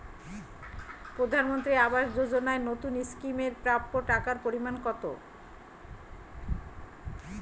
প্রধানমন্ত্রী আবাস যোজনায় নতুন স্কিম এর প্রাপ্য টাকার পরিমান কত?